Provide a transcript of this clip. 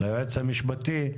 ליועץ המשפטי.